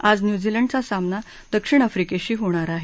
आज न्यूझीलंडचा सामना दक्षिण आफ्रीकेशी होणार आहे